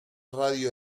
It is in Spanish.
radio